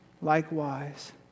likewise